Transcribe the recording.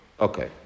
Okay